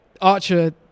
Archer